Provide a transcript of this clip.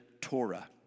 Torah